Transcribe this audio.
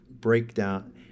breakdown